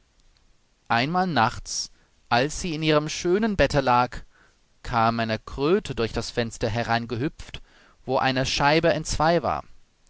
einmal nachts als sie in ihrem schönen bette lag kam eine kröte durch das fenster hereingehüpft wo eine scheibe entzwei war